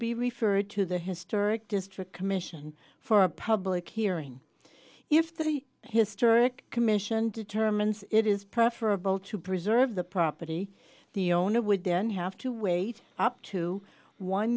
be referred to the historic district commission for a public hearing if the historic commission determines it is profitable to preserve the property the owner would then have to wait up to one